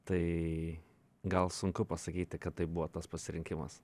tai gal sunku pasakyti kad tai buvo tas pasirinkimas